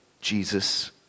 Jesus